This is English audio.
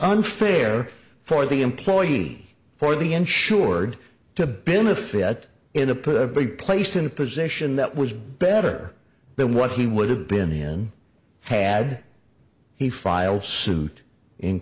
unfair for the employee for the insured to been a fit in a put a big placed in a position that was better than what he would have been had he filed suit in